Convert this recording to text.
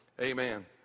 amen